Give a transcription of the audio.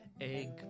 egg